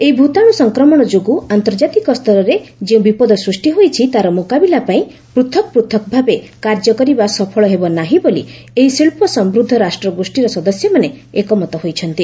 ଏହି ଭୂତାଣ୍ର ସଂକ୍ରମଣ ଯୋଗୁଁ ଆର୍ନ୍ତଜାତିକ ସ୍ତରରେ ଯେଉଁ ବିପଦ ସୃଷ୍ଟି ହୋଇଛି ତା'ର ମୁକାବିଲା ପାଇଁ ପୂଥକ୍ ପୃଥକ୍ ଭାବେ କାର୍ଯ୍ୟ କରିବା ସଫଳ ହେବ ନାହିଁ ବୋଲି ଏହି ଶିଳ୍ପସମୃଦ୍ଧ ରାଷ୍ଟ୍ରଗୋଷ୍ଠୀର ସଦସ୍ୟମାନେ ଏକମତ ହୋଇଛନ୍ତି